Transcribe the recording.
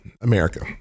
America